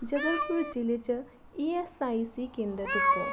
जबलपुर जि'ले च ईऐस्सआईसी केंदर तुप्पो